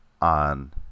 on